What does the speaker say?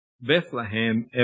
Bethlehem